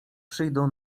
przyjdą